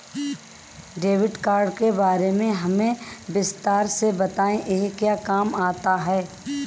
Debit card के बारे में हमें विस्तार से बताएं यह क्या काम आता है?